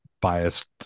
biased